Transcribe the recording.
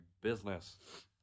business